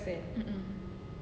mmhmm